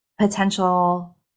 potential